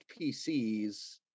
pcs